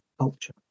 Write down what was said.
culture